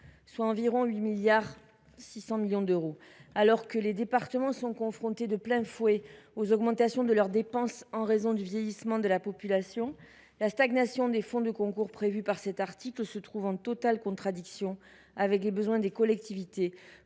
environ 8,6 milliards d’euros. Alors que les départements sont confrontés de plein fouet aux augmentations de leurs dépenses en raison du vieillissement de la population, la stagnation des fonds de concours prévue par cet article se trouve en totale contradiction avec les besoins des collectivités